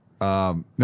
No